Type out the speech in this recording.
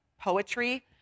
poetry